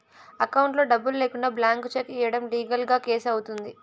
అకౌంట్లో డబ్బులు లేకుండా బ్లాంక్ చెక్ ఇయ్యడం లీగల్ గా కేసు అవుతుంది